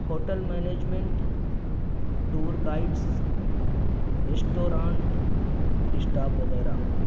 hotel management tour guides restaurant staff وغیرہ